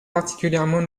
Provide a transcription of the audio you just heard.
particulièrement